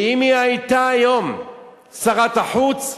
ואם היא היתה היום שרת החוץ,